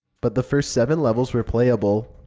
but the first seven levels were playable.